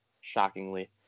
shockingly